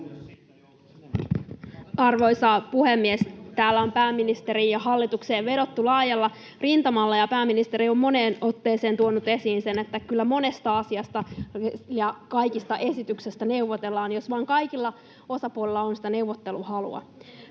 Arvoisa puhemies! Täällä on pääministeriin ja hallitukseen vedottu laajalla rintamalla, ja pääministeri on moneen otteeseen tuonut esiin sen, että kyllä monesta asiasta ja kaikista esityksistä neuvotellaan, jos vain kaikilla osapuolilla on neuvotteluhalua.